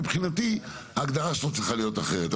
מבחינתי ההגדרה שלו צריכה להיות אחרת.